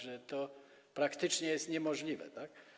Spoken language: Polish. Że to praktycznie jest to niemożliwe, tak?